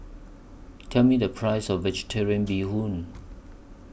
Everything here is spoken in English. Tell Me The Price of Vegetarian Bee Hoon